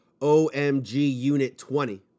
OMGUNIT20